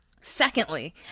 Secondly